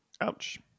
Ouch